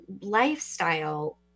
lifestyle